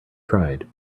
tried